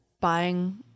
buying